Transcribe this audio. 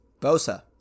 Bosa